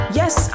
yes